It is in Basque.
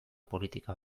politika